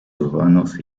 urbanos